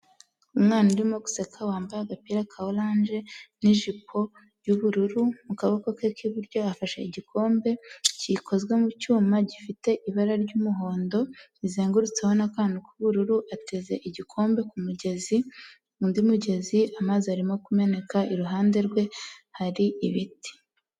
Umwana urimo guseka wambaye agapira ka oranje n'ijipo y'ubururu, mu kaboko ke k'iburyo afashe igikombe gikozwe mu cyuma gifite ibara ry'umuhondo rizengutsweho n'akantu k'ubururu ateze igikombe ku kumugezi, undi mugezi amazi arimo kumeneka iruhande rwe hari ibiti.